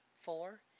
Four